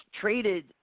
traded